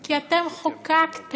כי אתם חוקקתם.